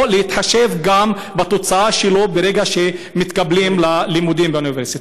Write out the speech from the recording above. להתחשב גם בתוצאה שלו ברגע שמתקבלים ללימודים באוניברסיטה.